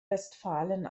westfalen